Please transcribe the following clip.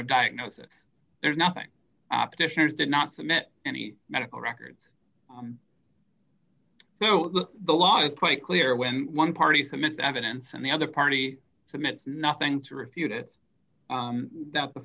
of diagnosis there's nothing opticians did not submit any medical records so the law is quite clear when one party submit evidence and the other party submit nothing to refute it that the